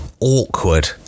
awkward